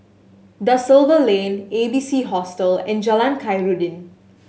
Da Silva Lane A B C Hostel and Jalan Khairuddin